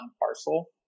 parcel